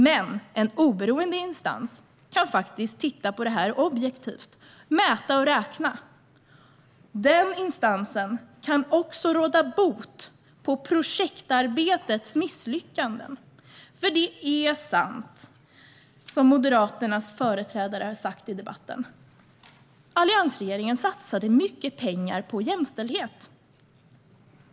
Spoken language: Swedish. Men en oberoende instans kan titta på det objektivt och mäta och räkna. En sådan instans kan också råda bot på projektarbetets misslyckanden. För det är sant som Moderaternas företrädare har sagt i debatten: Alliansregeringen satsade mycket pengar på jämställdhet.